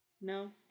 No